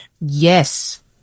Yes